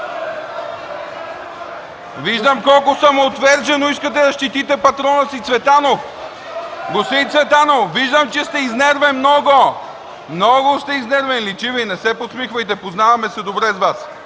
ГЕРБ) колко самоотвержено искате да защитите патрона си Цветанов. Господин Цветанов, виждам, че много сте изнервен. Много сте изнервен, личи Ви. Не се подсмихвайте, познаваме се добре с Вас.